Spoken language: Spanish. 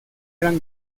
eran